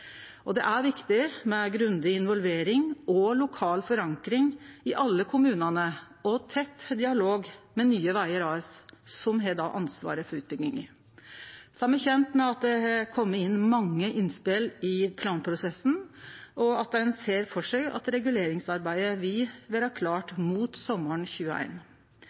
Det er viktig med grundig involvering og lokal forankring i alle kommunane og tett dialog med Nye Vegar AS, som har ansvaret for utbygginga. Så er me kjende med at det har kome inn mange innspel i planprosessen, og at ein ser for seg at reguleringsarbeidet vil vere klart mot sommaren